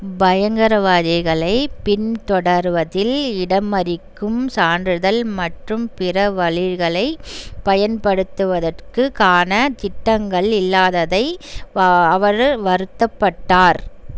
பயங்கரவாதிகளைப் பின்தொடர்வதில் இடமறிக்கும் சான்றுதள் மற்றும் பிற வழிகளைப் பயன்படுத்துவதற்கு கான திட்டங்கள் இல்லாததை அவர் வருத்தப்பட்டார்